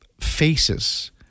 faces